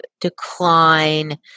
decline